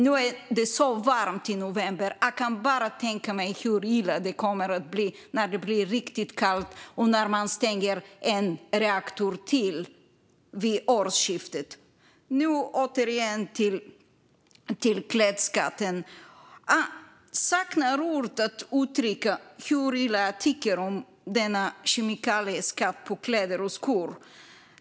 Nu är det varmt i november. Jag kan bara tänka mig hur illa det kommer att bli när det blir riktigt kallt och när man stänger en reaktor till vid årsskiftet. Åter till klädskatten! Jag saknar ord för att uttrycka hur illa jag tycker om denna kemikalieskatt på kläder och skor.